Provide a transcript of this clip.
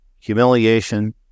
humiliation